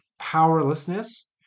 powerlessness